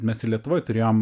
mes ir lietuvoj turėjom